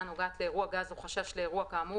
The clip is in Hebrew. הנוגעת לאירוע גז או חשש לאירוע כאמור,